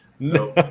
no